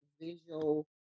visual